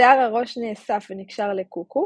שיער הראש נאסף ונקשר ל"קוקו",